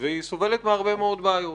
והיא סובלת מהרבה מאוד בעיות.